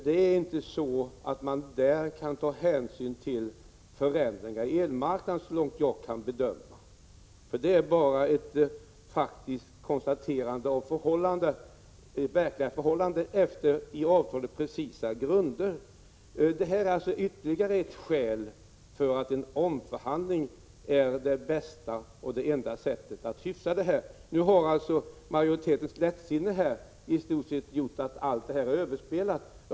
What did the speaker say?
Det är inte så att man där, så långt jag kan bedöma, kan ta hänsyn till förändringar på elmarknaden. Det är bara ett faktiskt konstaterande av verkliga förhållanden efter i avtalet stipulerade, precisa grunder. Det är ytterligare ett skäl för en omförhandling, som är det enda sättet att hyfsa det här. Nu har majoritetens lättsinne gjort att i stort sett allt det här är överspelat.